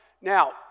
Now